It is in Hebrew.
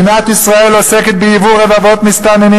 מדינת ישראל עוסקת בייבוא רבבות מסתננים